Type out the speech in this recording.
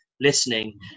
Listening